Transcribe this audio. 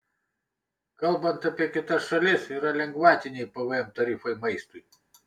kalbant apie kitas šalis yra lengvatiniai pvm tarifai maistui